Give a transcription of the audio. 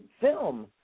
film